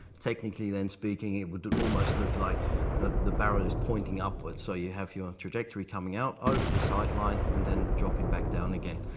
technically then speaking it would almost look like the the barrel is pointing upwards. so you have your tradectory coming out over the sight line and dropping back down again.